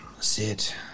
sit